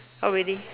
oh really